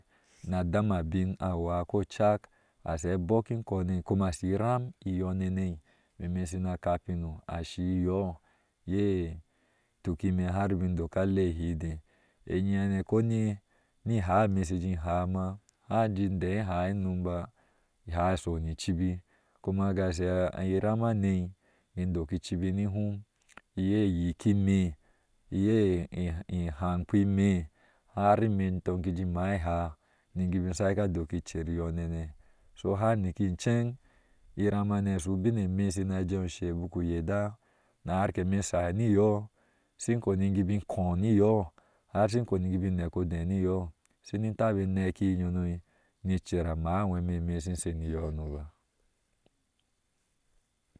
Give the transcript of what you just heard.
Na dam abiŋ awaa ko cak asa bɔɔk in konei kuma iram iyonenei meme shina kapi ne ashi yoo ye tuki ime har bin dok alei ehidɛɛ enyehane ko ni hee ni haa eme shi jee jin haa ma ha jee jin dei ehaa inom ba ihaa isho ni iciba kuma gashi iram hane indok icibi ni hum iye iyikime iye ihankpi ime har ime itongi jɛe jii makeihaa ni kibin shaike adoki icer nyonene yo har nikin cenŋ wan hane ashu ubiŋeme na jɛɛn ushe buku yarda nahar ke me shi shai niyoh shinin taba enekihi nyonoi ni icer amaa anwe meme shin shoni yoo no ba.